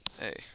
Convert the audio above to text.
Hey